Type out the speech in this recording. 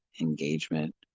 engagement